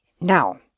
Now